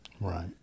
right